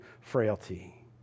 frailty